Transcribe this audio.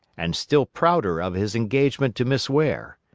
and still prouder of his engagement to miss ware.